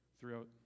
throughout